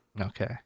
okay